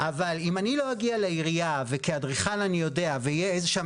אבל אם אני לא אגיע לעירייה וכאדריכל אני יודע ויהיה שם